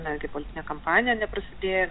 netgi politinė kampanija neprasidėjo